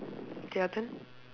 okay your turn